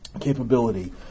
capability